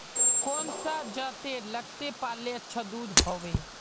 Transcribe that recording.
कौन सा जतेर लगते पाल्ले अच्छा दूध होवे?